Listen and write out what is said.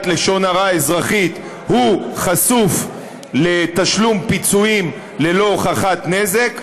לשון הרע אזרחית חשוף לתשלום פיצויים ללא הוכחת נזק,